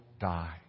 die